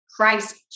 Christ